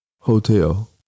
hotel